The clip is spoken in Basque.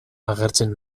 agertzen